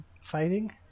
Fighting